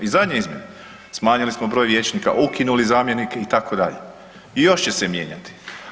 I zadnje izmjene smanjili smo broj vijećnika, ukinuli zamjenike itd. i još će se mijenjati.